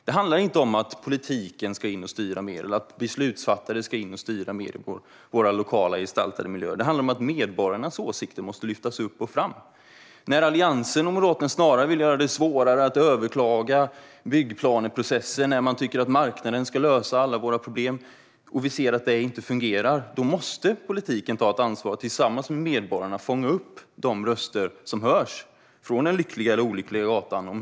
Det handlar inte om att politiken ska in och styra mer eller att beslutsfattare ska in och styra mer i våra lokala gestaltade miljöer, utan det handlar om att medborgarnas åsikter måste lyftas upp och fram. När Alliansen och Moderaterna snarare vill göra det svårare att överklaga byggplaneprocessen och tycker att marknaden ska lösa alla våra problem och vi ser att det inte fungerar måste politiken ta ett ansvar att tillsammans med medborgarna fånga upp de röster som hörs från den lyckliga eller olyckliga gatan.